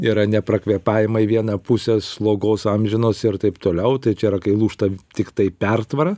yra neprakvėpavimai vieną pusę slogos amžinos ir taip toliau tai čia yra kai lūžta tiktai pertvara